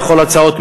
בכל ההצעות,